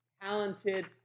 talented